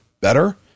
better